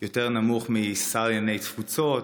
יותר נמוך משר לענייני תפוצות,